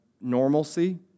normalcy